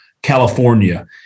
California